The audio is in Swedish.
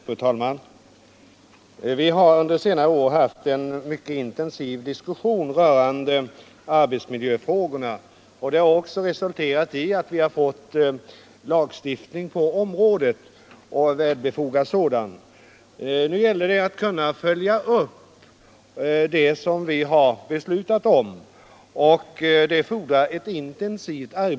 Fru talman! Vi har under senare år haft en mycket intensiv diskussion rörande arbetsmiljöfrågorna. och det har resulterat i att vi fått en välbefogad lagstiftning på området. Nu gäller det att följa upp det som vi har beslutat om, och det fordrar ett intensivt arbete.